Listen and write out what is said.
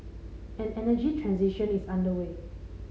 an energy transition is underway